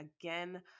again